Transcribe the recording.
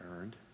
earned